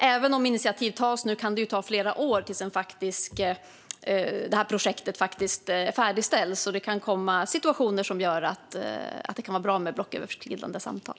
Även om initiativ tas nu kan det ta flera år till dess projektet färdigställs, och det kan komma situationer där det kan vara bra med blocköverskridande samtal.